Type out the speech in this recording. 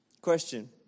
Question